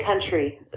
country